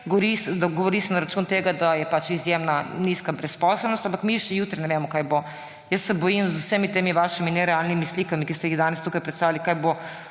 Govori se na račun tega, da je izjemno nizka brezposelnost, ampak mi še za jutri ne vemo, kaj bo. Jaz se bojim z vsemi temi vašimi nerealnimi slikami, ki ste jih danes tukaj predstavili, kaj bo